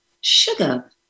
sugar